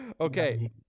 Okay